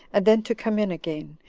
and then to come in again,